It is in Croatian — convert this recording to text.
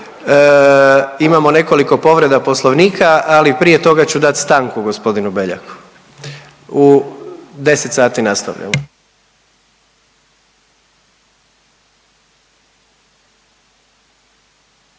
Imamo nekoliko povreda Poslovnika, ali prije toga ću dati stanku gospodinu Beljaku. U 10 sati nastavljamo.